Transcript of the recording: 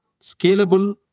scalable